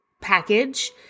package